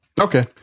Okay